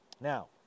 Now